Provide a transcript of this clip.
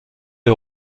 est